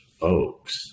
folks